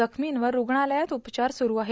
जखमींवर रूग्णालयात उपचार सुरू आहेत